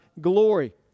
glory